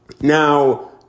Now